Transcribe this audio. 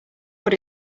what